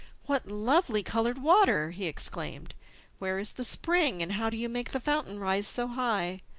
what lovely coloured water! he exclaimed where is the spring, and how do you make the fountain rise so high?